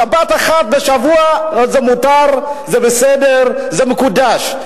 שבת אחת בשבוע זה מותר, זה בסדר, זה מקודש.